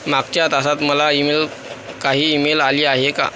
मागच्या तासात मला ई मेल काही ई मेल आली आहे का